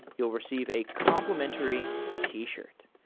you'll receive a complementary t-shirt.